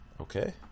Okay